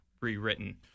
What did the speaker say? rewritten